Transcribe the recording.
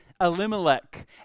Elimelech